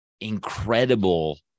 incredible